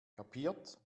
kapiert